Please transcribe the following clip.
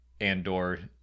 Andor